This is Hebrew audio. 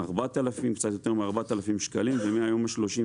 קצת יותר מ-4,000 שקלים ומהיום ה-27